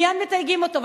מייד מתייגים אותו.